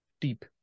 deep